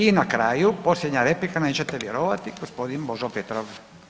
I na kraju posljednja replika nećete vjerovati gospodin Božo Petrov.